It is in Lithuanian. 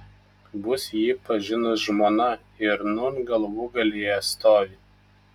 bus jį pažinus žmona ir nūn galvūgalyje stovi